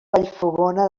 vallfogona